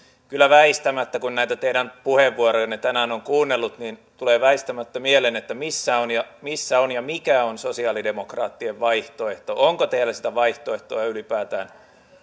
kun näitä teidän puheenvuorojanne tänään on kuunnellut niin tulee väistämättä mieleen että missä on ja mikä on sosialidemokraattien vaihtoehto onko teillä sitä vaihtoehtoa ylipäätään